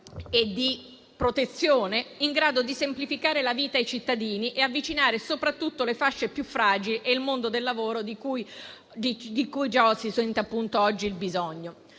e di protezione in grado di semplificare la vita ai cittadini e di avvicinare soprattutto le fasce più fragili e il mondo del lavoro e già oggi se ne sente il bisogno.